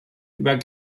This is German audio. über